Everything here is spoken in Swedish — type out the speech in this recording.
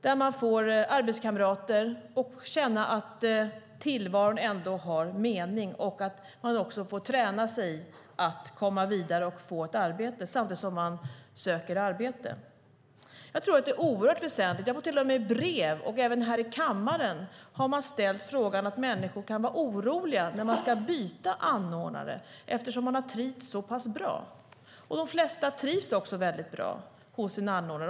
De får arbetskamrater och får känna att tillvaron ändå har mening. De får också träna sig i att komma vidare och få ett arbete samtidigt som de söker arbete. Det är oerhört väsentligt. Jag får till och med brev, och även här i kammaren har man ställt frågan, om att människor kan vara oroliga när de ska byta anordnare eftersom de har trivts så pass bra. De flesta trivs också väldigt bra hos sin anordnare.